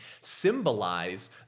symbolize